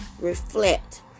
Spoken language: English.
reflect